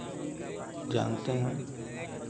जानते हैं